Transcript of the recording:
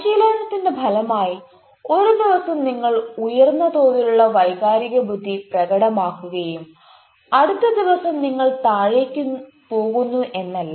പരിശീലനത്തിന്റെ ഫലമായി ഒരു ദിവസം നിങ്ങൾ ഉയർന്ന തോതിലുള്ള വൈകാരിക ബുദ്ധി പ്രകടമാക്കുകയും അടുത്ത ദിവസം നിങ്ങൾ താഴേയ്ക്ക് പോകുന്നു എന്നല്ല